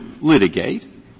litigate